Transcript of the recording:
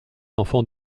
enfants